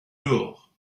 dehors